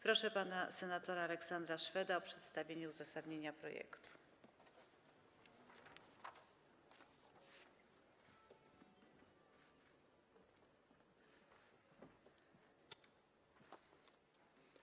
Proszę pana senatora Aleksandra Szweda o przedstawienie uzasadnienia projektu ustawy.